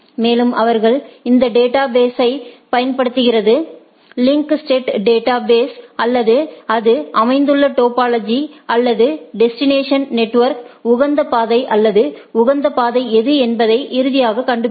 மேலும் அவர்கள் இந்த டேட்டா பேஸை பயன்படுத்துகிறார்கள் லிங்க் ஸ்டேட் டேட்டா பேஸ் அல்லது அது அமைந்துள்ள டோபோலஜி அல்லது டெஸ்டினேஷன் நெட்வொர்க்ற்கு உகந்த பாதை அல்லது உகந்த பாதை எது என்பதைக் இறுதியாக கண்டுபிடிக்கும்